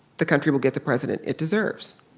the country will get the president it deserves.